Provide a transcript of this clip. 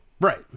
Right